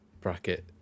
bracket